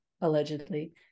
allegedly